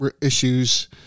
Issues